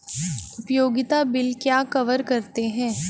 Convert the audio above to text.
उपयोगिता बिल क्या कवर करते हैं?